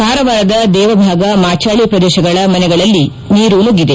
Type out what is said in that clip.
ಕಾರವಾರದ ದೇವಭಾಗ ಮಾಚಾಳಿ ಪ್ರದೇಶಗಳ ಮನೆಗಳಿಗೆ ನೀರು ನುಗ್ಗಿದೆ